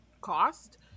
cost